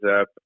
up